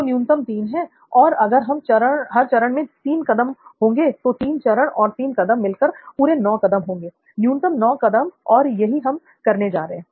तो न्यूनतम तीन है और अगर हर चरण में तीन कदम होंगे तो तीन चरण और तीन कदम मिलाकर पूरे 9 कदम होंगे न्यूनतम 9 कदम और यही हम करने जा रहे हैं